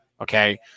Okay